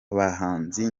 bahanzi